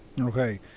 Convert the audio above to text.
Okay